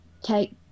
take